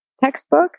textbook